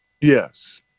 Yes